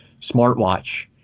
smartwatch